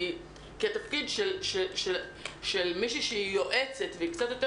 כי התפקיד של מי שהיא יועצת וקצת יותר